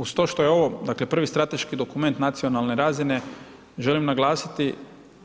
Uz to što je ovo, dakle prvi strateški dokument nacionalne razine, želim naglasiti